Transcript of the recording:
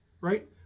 right